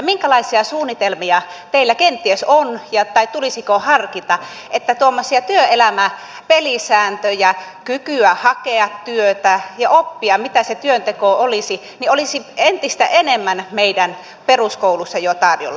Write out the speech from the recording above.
minkälaisia suunnitelmia teillä kenties on tai tulisiko harkita että tuommoisia työelämän pelisääntöjä kykyä hakea työtä ja oppia mitä se työnteko olisi olisi entistä enemmän meidän peruskoulussa jo tarjolla